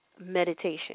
meditation